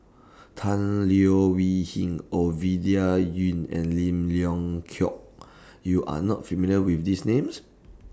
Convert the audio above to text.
Tan Leo Wee Hin Ovidia Yu and Lim Leong Geok YOU Are not familiar with These Names